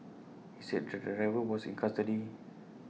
he said the driver was in custody